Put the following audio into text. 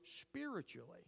spiritually